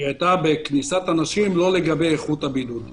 היא היתה בכניסת אנשים לא לגבי איכות הבידוד.